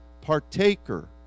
Partaker